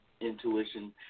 intuition